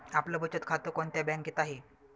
आपलं बचत खातं कोणत्या बँकेत आहे?